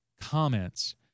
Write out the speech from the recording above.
comments—